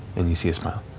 and you see a smile.